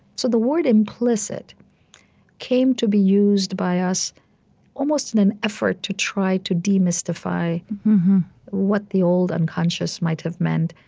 so the word implicit came to be used by us almost in an effort to try to demystify what the old unconscious might have meant.